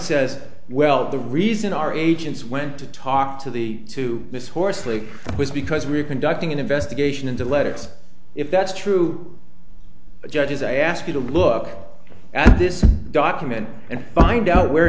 says well the reason our agents went to talk to the two miss horsley was because we're conducting an investigation into let's if that's true a judge is i ask you to look at this document and find out where